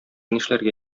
нишләргә